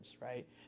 right